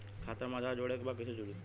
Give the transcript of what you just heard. खाता में आधार जोड़े के बा कैसे जुड़ी?